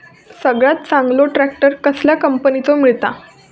सगळ्यात चांगलो ट्रॅक्टर कसल्या कंपनीचो मिळता?